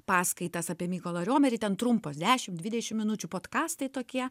paskaitas apie mykolą riomerį ten trumpos dešim dvidešim minučių podkastai tokie